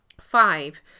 Five